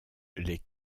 les